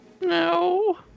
No